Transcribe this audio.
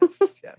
Yes